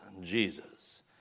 Jesus